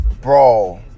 Bro